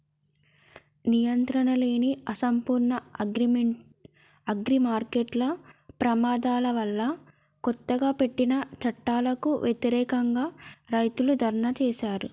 నియంత్రణలేని, అసంపూర్ణ అగ్రిమార్కెట్ల ప్రమాదాల వల్లకొత్తగా పెట్టిన చట్టాలకు వ్యతిరేకంగా, రైతులు ధర్నా చేశారు